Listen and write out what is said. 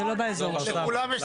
את זיהום האוויר משריפות הפסולת,